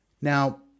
Now